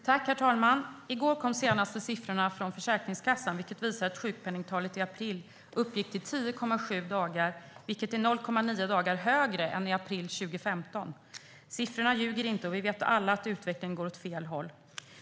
Herr talman! I går kom de senaste sifforna från Försäkringskassan. Sjukpenningtalet för april uppgick till 10,7 dagar, vilket är 0,9 dagar mer än i april 2015. Siffrorna ljuger inte. Vi vet alla att utvecklingen går åt fel håll.